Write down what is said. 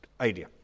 idea